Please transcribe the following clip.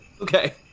Okay